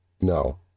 no